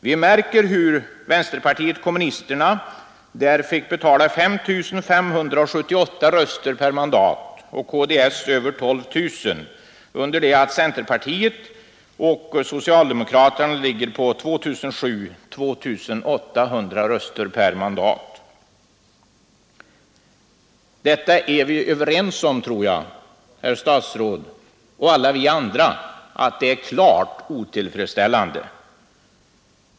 Ni märker hur vänsterpartiet kommunisterna fick betala 5 578 röster per mandat och kds över 12 000, under det att centerpartiet och socialdemokraterna ligger på 2 700—2 800 röster per mandat. Jag tror att herr statsrådet och alla vi andra är överens om att detta är helt otillfredsställande.